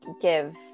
give